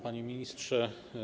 Panie Ministrze!